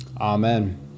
Amen